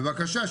בבקשה,